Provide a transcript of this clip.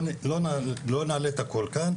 לא נעלה את הכול כאן,